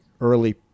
early